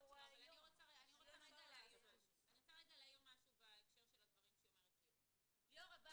אני רוצה להעיר משהו בקשר לדברים שהעירה ליאורה.